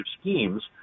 schemes